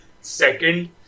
Second